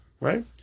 Right